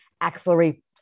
axillary